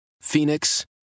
Phoenix